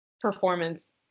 performance